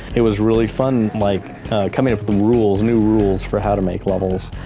it was really fun, like coming up with rules, new rules for how to make levels.